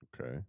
Okay